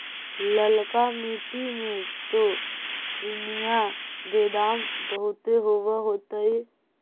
ललका मिट्टी मे तो चिनिआबेदमां बहुते होब होतय?